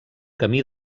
camí